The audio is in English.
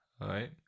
Right